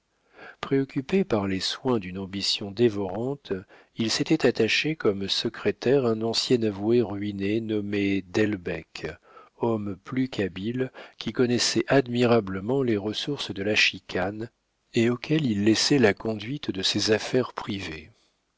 préoccupé par les soins d'une ambition dévorante il s'était attaché comme secrétaire un ancien avoué ruiné nommé delbecq homme plus qu'habile qui connaissait admirablement les ressources de la chicane et auquel il laissait la conduite de ses affaires privées